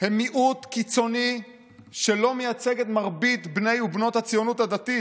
הם מיעוט קיצוני שלא מייצג את מרבית בני ובנות הציונות הדתית,